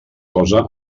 cosa